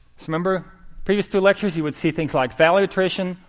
so remember previous two lectures, you would see things like value iteration,